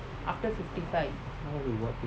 now you what age